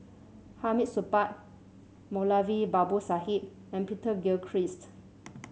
Hamid Supaat Moulavi Babu Sahib and Peter Gilchrist